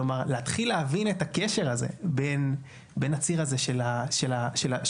להתחיל להבין את הקשר בין הציר הזה של מתחם